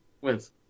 Wins